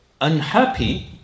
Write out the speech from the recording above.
unhappy